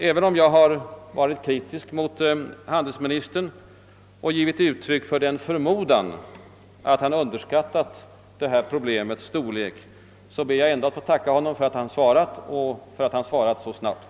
Även om jag har varit kritisk mot handelsministern och givit uttryck för en förmodan att han underskattat problemets storlek, ber jag att få tacka för att han svarat och för att han svarat så snabbt.